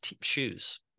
shoes